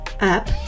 up